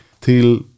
till